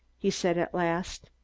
he said at last.